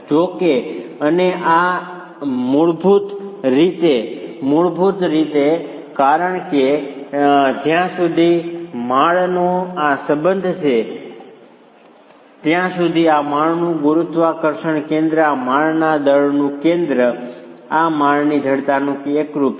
જો કે જો અને આ મૂળભૂત રીતે છે કારણ કે જ્યાં સુધી આ માળનો સંબંધ છે ત્યાં સુધી આ માળનું ગુરુત્વાકર્ષણ કેન્દ્ર આ માળના દળનું કેન્દ્ર અને આ માળની જડતાનું કેન્દ્ર એકરૂપ છે